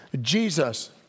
Jesus